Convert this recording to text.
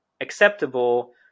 acceptable